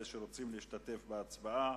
אלה שרוצים להשתתף בהצבעה.